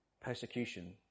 Persecution